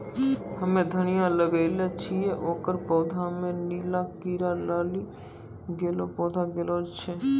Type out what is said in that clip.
हम्मे धनिया लगैलो छियै ओकर पौधा मे नीला कीड़ा लागी गैलै पौधा गैलरहल छै?